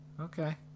Okay